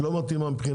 לא מתאימה.